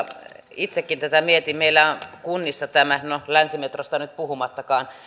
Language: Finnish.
itsekin tätä mietin meillä on kunnissa länsimetrosta nyt puhumattakaan